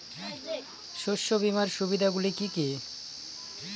শস্য বিমার সুবিধাগুলি কি কি?